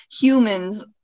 humans